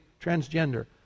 transgender